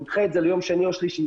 נדמה את זה ליום שני או שלישי.